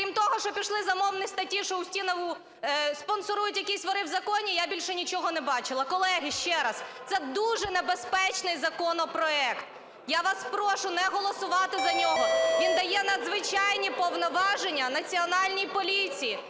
Крім того, що пішли замовні статті, що Устінову спонсорують якісь "воры в законе", я більше нічого не бачила. Колеги, ще раз, це дуже небезпечний законопроект. Я вас прошу не голосувати за нього. Він дає надзвичайні повноваження Національній поліції,